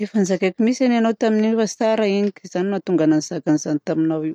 Efa nizakaiko mitsy anie ianao tamin'iny fa tsara igny. Zany nahatonga za nizaka an'izany taminao iny.